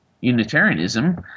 Unitarianism